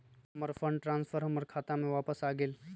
हमर fund transfer हमर खाता में वापस आ गेल